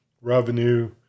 revenue